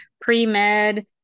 pre-med